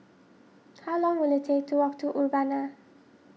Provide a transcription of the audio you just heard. how long will it take to walk to Urbana